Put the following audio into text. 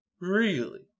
Really